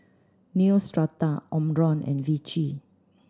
Neostrata Omron and Vichy